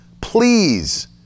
Please